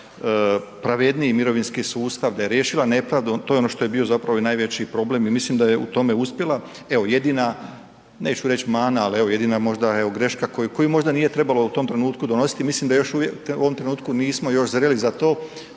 pravedniji mirovinski sustav, da je riješila nepravdu, to je ono što bio zapravo i najveći problem i mislim da je u tome uspjela, evo, jedina, neću reći mana, ali evo jedina možda greška koju možda nije trebalo u tom trenutku donositi, mislim da još uvijek u ovom trenutku nismo još zreli za to